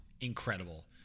incredible